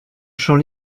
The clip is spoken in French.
champ